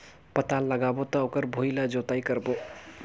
पातल लगाबो त ओकर भुईं ला जोतई करबो?